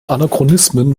anachronismen